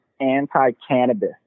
anti-cannabis